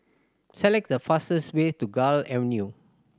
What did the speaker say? select the fastest way to Gul Avenue